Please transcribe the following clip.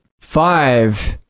Five